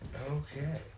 Okay